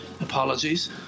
apologies